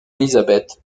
elizabeth